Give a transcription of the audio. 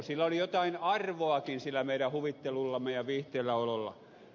sillä oli jotain arvoakin sillä meidän huvittelullamme ja viihteelläololla